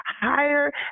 Higher